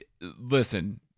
listen